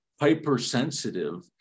hypersensitive